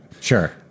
Sure